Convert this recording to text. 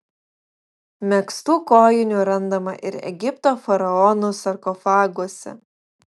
megztų kojinių randama ir egipto faraonų sarkofaguose